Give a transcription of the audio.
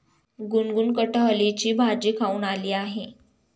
गुनगुन कठहलची भाजी खाऊन आली आहे